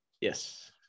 Yes